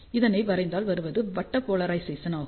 இதனை வரைந்தால் வருவது வட்ட போலரைசேசன் ஆகும்